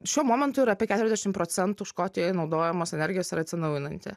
šiuo momentu yra apie keturiasdešimt procentų škotijoj naudojamos energijos yra atsinaujinanti